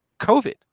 COVID